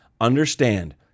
understand